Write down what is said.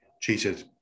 cheated